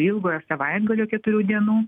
ilgojo savaitgalio keturių dienų